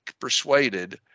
persuaded